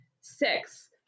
six